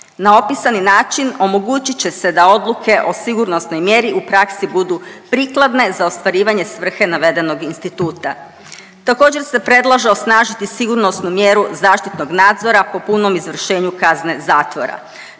Na opisani način omogućit će se da odluke o sigurnosnoj mjeri u praksi budu prikladne za ostvarivanje svrhe navedenog instituta. Također se predlaže osnažiti sigurnosnu mjeru zaštitnog nadzora po punom izvršenju kaznene zatvora,